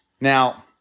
Now